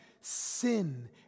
Sin